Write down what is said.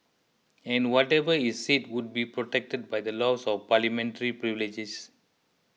and whatever is said would be protected by the laws of parliamentary privileges